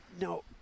no